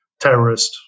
terrorist